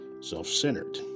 Self-centered